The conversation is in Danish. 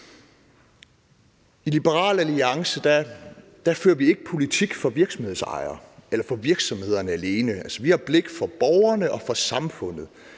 I Liberal Alliance fører vi ikke politik for virksomhedsejerne eller for virksomhederne alene. Vi har blik for borgerne og for samfundet,